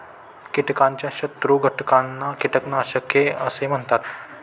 कीटकाच्या शत्रू घटकांना कीटकनाशके असे म्हणतात